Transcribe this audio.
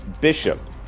Bishop